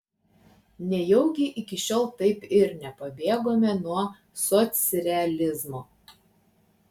nejaugi iki šiol taip ir nepabėgome nuo socrealizmo